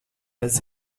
has